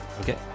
Okay